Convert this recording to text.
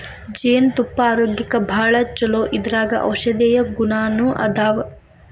ಜೇನತುಪ್ಪಾ ಆರೋಗ್ಯಕ್ಕ ಭಾಳ ಚುಲೊ ಇದರಾಗ ಔಷದೇಯ ಗುಣಾನು ಅದಾವ